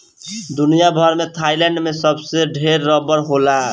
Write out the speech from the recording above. दुनिया भर में थाईलैंड में सबसे ढेर रबड़ होला